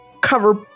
cover